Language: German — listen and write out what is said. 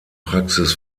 praxis